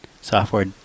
software